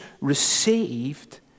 received